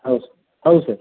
हो सर हो सर